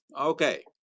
Okay